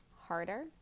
harder